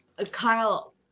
Kyle